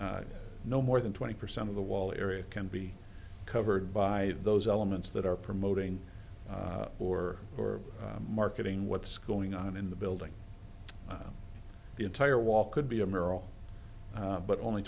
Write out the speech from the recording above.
no more than twenty percent of the wall area can be covered by those elements that are promoting or or marketing what's going on in the building the entire wall could be a mural but only